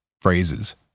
phrases